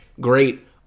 great